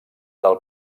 del